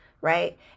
Right